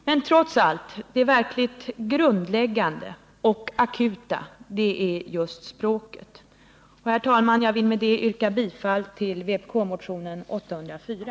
Men det verkligt grundläggande och akuta, det är just språket. Och, herr talman, jag vill med detta yrka bifall till vpk-motionen 804.